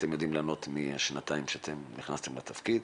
את יודעת לענות על התקופה של השנתיים מאז שנכנסת לתפקיד,